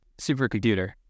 supercomputer